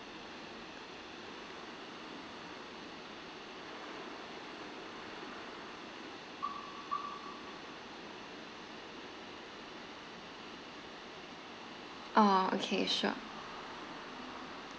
orh okay sure